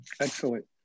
Excellent